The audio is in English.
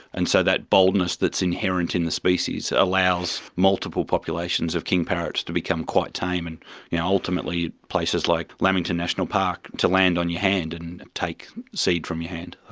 and so that boldness that's inherent in the species allows multiple populations of king parrots to become quite tame and you know ultimately places like lamington national park to land on your hand and take seed from your hand.